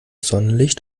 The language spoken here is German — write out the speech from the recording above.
sonnenlicht